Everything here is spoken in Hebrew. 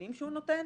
והכלים שהוא נותן,